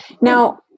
Now